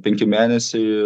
penki mėnesiai